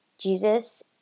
Jesus